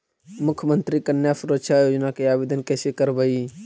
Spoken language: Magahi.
मुख्यमंत्री कन्या सुरक्षा योजना के आवेदन कैसे करबइ?